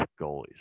goalies